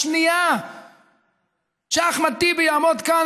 בשנייה שאחמד טיבי יעמוד כאן,